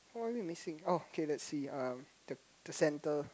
one missing okay let see um the the centre